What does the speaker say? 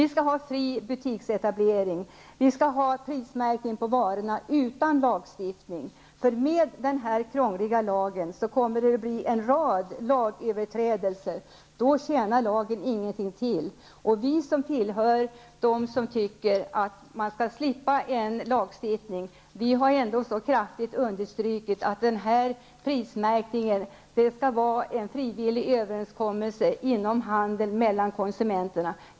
Vi skall ha fri butiksetablering, och vi skall ha prismärkning på varorna utan lagstiftning -- med den här krångliga lagen kommer det att bli en rad lagöverträdelser. Då tjänar lagen ingenting till. Vi som tillhör dem som tycker att man skall slippa lagstiftning har ändå så kraftigt understrukit att prismärkningen skall åstadkommas genom en frivillig överenskommelse mellan handeln och konsumenterna.